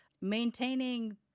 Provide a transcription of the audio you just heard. Maintaining